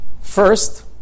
First